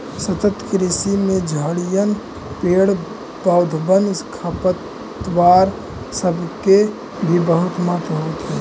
सतत कृषि में झड़िअन, पेड़ पौधबन, खरपतवार सब के भी बहुत महत्व होब हई